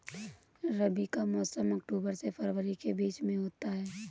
रबी का मौसम अक्टूबर से फरवरी के बीच में होता है